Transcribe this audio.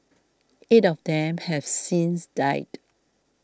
eight of them have since died